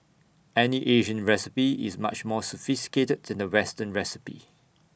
any Asian recipe is much more sophisticated to the western recipe